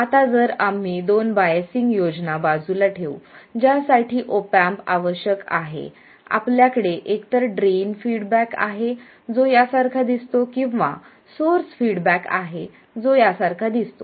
आता जर आम्ही दोन बायसिंग योजना बाजूला ठेवू ज्यासाठी ऑप एम्प आवश्यक आहे आपल्याकडे एकतर ड्रेन फीडबॅक आहे जो यासारखा दिसतो किंवा सोर्स फीडबॅक आहे जो यासारखा दिसतो